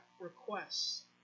requests